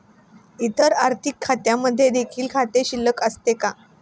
इतर आर्थिक खात्यांमध्ये देखील खाते शिल्लक असते का?